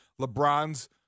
LeBron's